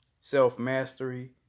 self-mastery